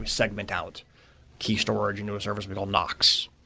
segment out key storage into a service we call nox.